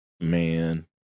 man